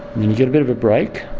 and you get a bit of a break.